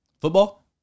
football